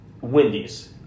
wendy's